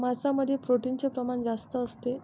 मांसामध्ये प्रोटीनचे प्रमाण जास्त असते